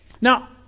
Now